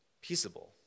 peaceable